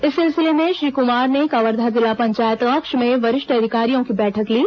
इस सिलसिले में श्री कुमार ने कवर्धा जिला पंचायत कक्ष में वरिष्ठ अधिकारियों की बैठक ली